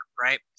right